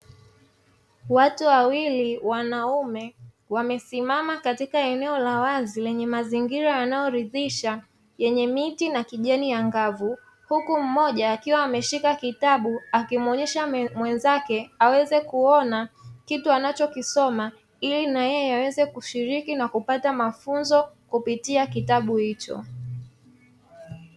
Watu wawili wanaume wamesimama katika eneo la wazi lenye mazingira yanayoridhisha yenye miti na kijani angavu, huku mmoja akiwa ameshika kitabu akimuonyesha mwenzake aweze kuona kitu anachokisoma ili na yeye aweze kushiriki na kupata mafunzo kupitia kitabu hicho.